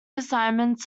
assignments